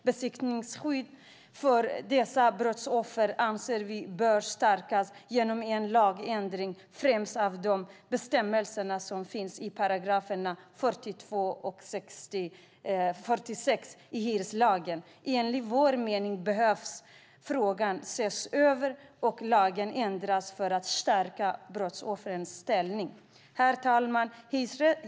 Besittningsskyddet för dessa brottsoffer anser vi bör stärkas genom en lagändring, främst av de bestämmelser som finns i §§ 42 och 46 i hyreslagen. Enligt vår mening behöver frågan ses över och lagen ändras för att stärka brottsoffrens ställning. Herr talman!